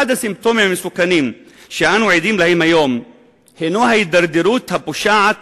אחד הסימפטומים המסוכנים שאנו עדים להם היום הוא ההידרדרות הפושעת